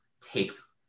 takes